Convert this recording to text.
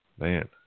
man